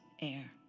air